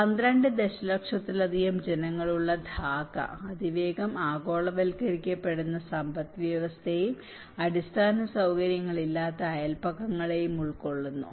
12 ദശലക്ഷത്തിലധികം ജനങ്ങളുള്ള ധാക്ക അതിവേഗം ആഗോളവൽക്കരിക്കപ്പെടുന്ന സമ്പദ്വ്യവസ്ഥയെയും അടിസ്ഥാന സൌകര്യങ്ങളില്ലാത്ത അയൽപക്കങ്ങളെയും ഉൾക്കൊള്ളുന്നു